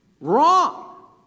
wrong